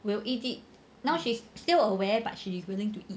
will eat it now she's still aware but she's willing to eat